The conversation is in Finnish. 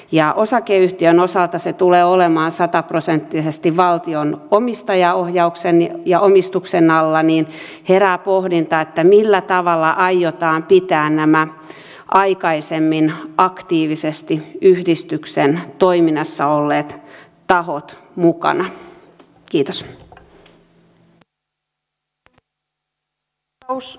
ja kun osakeyhtiön osalta se tulee olemaan sataprosenttisesti valtion omistajaohjauksen ja omistuksen alla niin herää pohdinta millä tavalla aiotaan pitää nämä aikaisemmin aktiivisesti yhdistyksen toiminnassa olleet tahot mukana